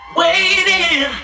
waiting